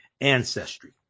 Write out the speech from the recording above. ancestry